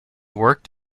worked